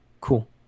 cool